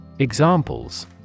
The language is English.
Examples